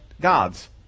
gods